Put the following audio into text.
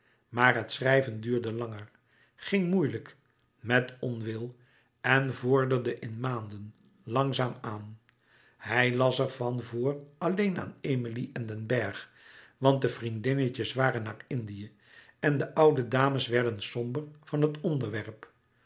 maar het schrijven duurde langer ging moeilijk met onwil en vorderde in maanden langzaam aan hij las ervan voor alleen aan emilie en den bergh want de vriendinnetjes waren naar indië en de oude dames werden somber van het onderwerp